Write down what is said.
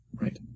Right